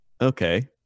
Okay